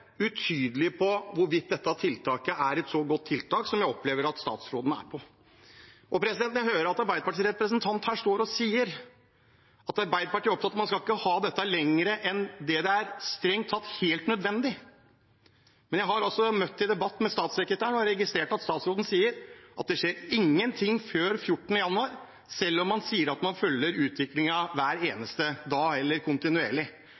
på hvorvidt dette tiltaket er et så godt tiltak, enn det jeg opplever at statsråden er. Jeg hører nå at en Arbeiderparti-representant står her og sier at Arbeiderpartiet er opptatt av at man ikke skal ha dette lenger enn det som strengt tatt er helt nødvendig, men jeg har møtt i debatt med statssekretæren og registrert at statsråden sier at det skjer ingenting før 14. januar, selv om man sier at man følger utviklingen hver eneste dag, eller kontinuerlig.